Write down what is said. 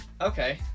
Okay